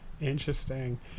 interesting